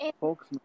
folks